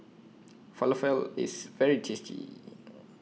Falafel IS very tasty